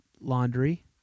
laundry